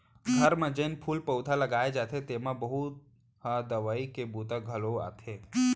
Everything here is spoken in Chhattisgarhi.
घर म जेन फूल पउधा लगाए जाथे तेमा बहुत ह दवई के बूता घलौ आथे